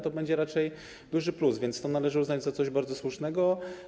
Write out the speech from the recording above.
To będzie raczej duży plus, więc to należy uznać za coś bardzo słusznego.